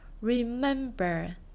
remember